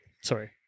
Sorry